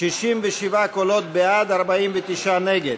67 קולות בעד, 49 נגד,